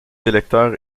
électeurs